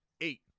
eight